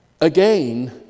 Again